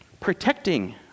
protecting